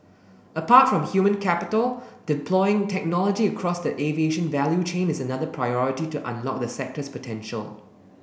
apart from human capital deploying technology across the aviation value chain is another priority to unlock the sector's potential